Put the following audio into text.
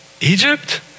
Egypt